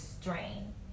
strain